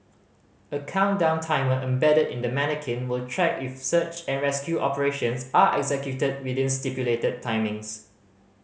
a countdown timer embedded in the manikin will track if search and rescue operations are executed within stipulated timings